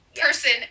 person